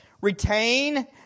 Retain